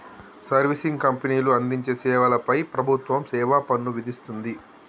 servicing కంపెనీలు అందించే సేవల పై ప్రభుత్వం సేవాపన్ను విధిస్తుంది